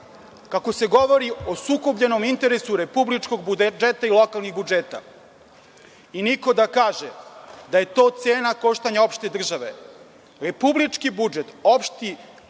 kako se govori o sukobljenom interesu republičkog budžeta i lokalnih budžeta i niko da kaže da je to cena koštanja opšte države. Republički budžet, opšti,